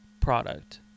product